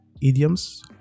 idioms